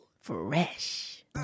Fresh